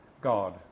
God